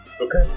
Okay